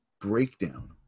breakdown